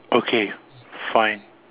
okay fine